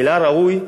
המילה "ראוי"